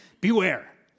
beware